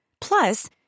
Plus